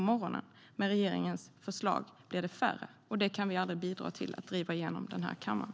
Med regeringens förslag blir det färre, och vi kan aldrig bidra till att genomdriva detta i den här kammaren.